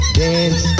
dance